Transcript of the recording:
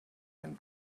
and